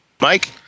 Mike